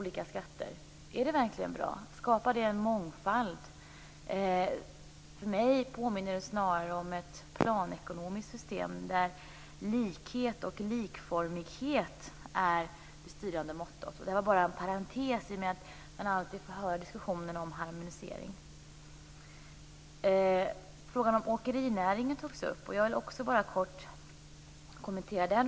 Är det verkligen bra? Skapar det en mångfald? Mig påminner det snarare om ett planekonomiskt system, där likhet och likformighet är det styrande mottot. Det här var bara en parentes, i och med att man alltid får höra diskussionen om harmonisering. Frågan om åkerinäringen togs upp, och jag vill också bara kort kommentera den.